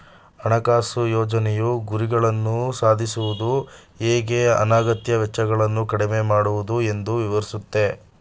ಹಣಕಾಸು ಯೋಜ್ನೆಯು ಗುರಿಗಳನ್ನ ಸಾಧಿಸುವುದು ಹೇಗೆ ಅನಗತ್ಯ ವೆಚ್ಚಗಳನ್ನ ಕಡಿಮೆ ಮಾಡುವುದು ಎಂದು ವಿವರಿಸುತ್ತೆ